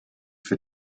for